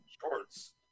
shorts